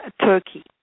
turkey